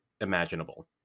imaginable